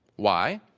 why?